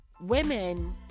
women